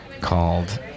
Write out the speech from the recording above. Called